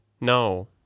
No